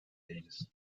değiliz